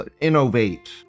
Innovate